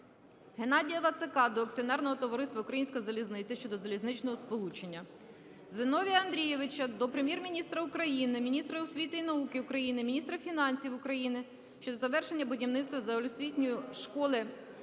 Геннадія Вацака до акціонерного товариства "Українська залізниця" щодо залізничного сполучення. Зіновія Андрійовича до Прем'єр-міністра України, міністра освіти і науки України, міністра фінансів України щодо завершення будівництва